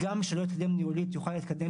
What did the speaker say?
גם מי שלא התקדם ניהולית יוכל להתקדם